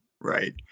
Right